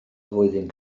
flwyddyn